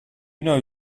know